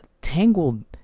tangled